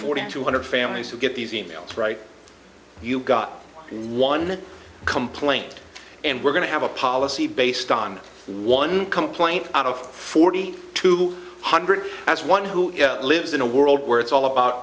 forty two hundred families who get these e mails right you've got one complaint and we're going to have a policy based on one complaint out of forty two hundred as one who lives in a world where it's all about